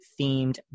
themed